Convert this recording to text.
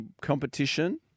competition